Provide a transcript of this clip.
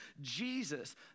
Jesus